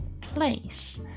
place